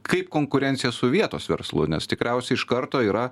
kaip konkurencija su vietos verslu nes tikriausiai iš karto yra